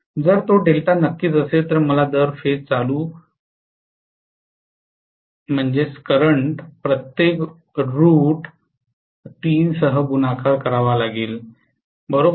जर तो डेल्टा नक्कीच असेल तर मला दर फेज चालू प्रत्येक रूट तीन सह गुणाकार करावा लागेल बरोबर